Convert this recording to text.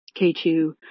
K2